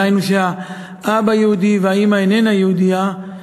דהיינו שהאבא יהודי והאימא איננה יהודייה,